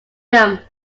them